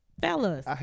Fellas